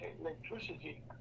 electricity